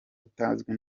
utazwi